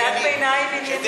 קריאת ביניים עניינית.